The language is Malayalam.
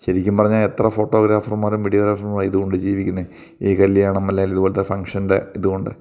ശരിക്കും പറഞ്ഞാൽ എത്ര ഫോട്ടോഗ്രാഫർമാരും വീഡ്യോഗ്രാഫർമാരും ഇതുകൊണ്ട് ജീവിക്കുന്നത് ഈ കല്യാണം അല്ലെങ്കിൽ ഇതു പോലത്തെ ഫങ്ഷന്റെ ഇതുകൊണ്ട് അപ്പം